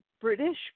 British